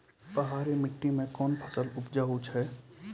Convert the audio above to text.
पहाड़ी मिट्टी मैं कौन फसल उपजाऊ छ?